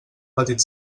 petit